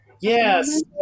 Yes